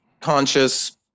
conscious